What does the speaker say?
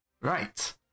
Right